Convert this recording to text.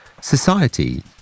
Society